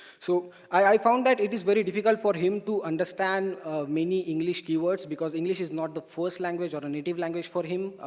so, i found that it is very difficult for him to understand many english keywords because english is not the first language or native language for him.